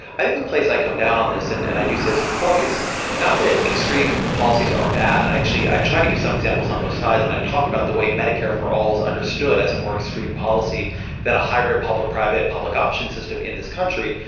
i think the place i come down on this and and i do says in the book is not that extreme policies are bad. i actually i try to give some examples on both sides and i talk about the way medicare for all is understood as a more extreme policy than a hybrid public private public option system in this country.